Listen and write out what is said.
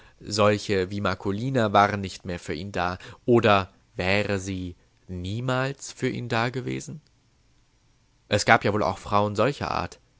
solche wie marcolina waren nicht mehr für ihn da oder wäre sie niemals für ihn dagewesen es gab ja wohl auch frauen solcher art